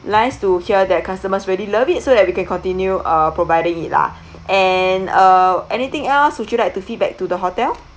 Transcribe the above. nice to hear that customers really love it so that we can continue uh providing it lah and uh anything else would you like to feedback to the hotel